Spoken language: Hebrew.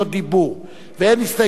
ואין הסתייגויות להצבעה.